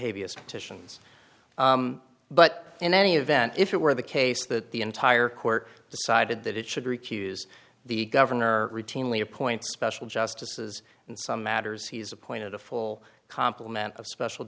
heaviest titian's but in any event if it were the case that the entire court decided that it should recuse the governor routinely appoint special justices and some matters he's appointed a full complement of special